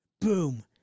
Boom